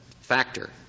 factor